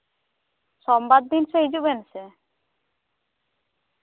ᱥᱳᱢᱵᱟᱨ ᱫᱤᱱᱥᱮᱜ ᱦᱤᱡᱩᱜ ᱵᱮᱱᱥᱮ